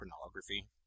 pornography